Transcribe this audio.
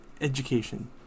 education